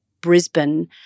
Brisbane